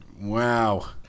Wow